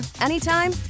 anytime